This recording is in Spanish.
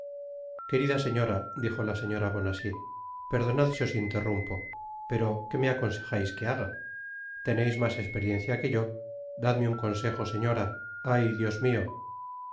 querida señera dijo la señora bonacieux perdonad si os interrumpo pero que me aconsejais que haga teneis mas esperiencia que yo dadme no consejo señora ay dios mio